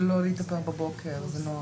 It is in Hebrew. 3 בעד,